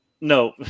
no